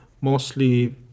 mostly